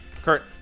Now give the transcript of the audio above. Kurt